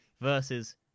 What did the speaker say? versus